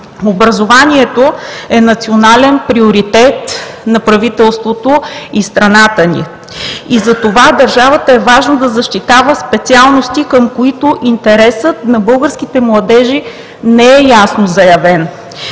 Образованието е национален приоритет на правителството и страната ни. Затова е важно държавата да защитава специалности, към които интересът на българските младежи не е ясно заявен.